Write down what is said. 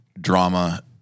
drama